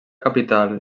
capital